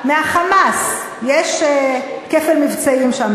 מה'חמאס'" יש כפל מבצעים שם,